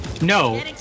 No